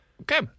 Okay